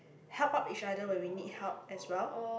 help out each other when we need help as well